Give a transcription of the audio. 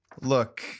Look